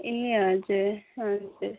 ए हजुर